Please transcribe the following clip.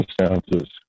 circumstances